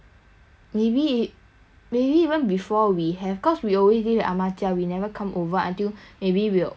maybe even before we have cause we always live at 阿妈家 we never come over until maybe we're older sometime will come over